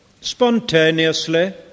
spontaneously